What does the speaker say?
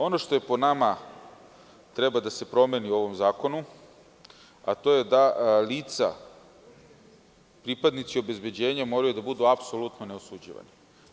Ono što po nama treba da se promeni u ovom zakonu je da lica pripadnici obezbeđenja moraju da budu apsolutno neosuđivani.